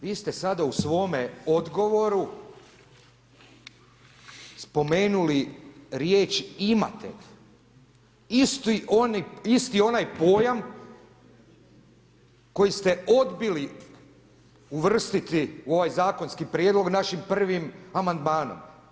Vi ste sada u svome odgovoru spomenuli riječ imatelj, isti onaj pojam koji ste odbili uvrstiti u ovaj zakonski prijedlog našim prvim amandmanom.